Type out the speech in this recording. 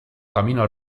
camino